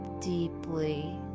deeply